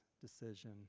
decision